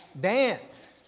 dance